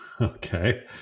Okay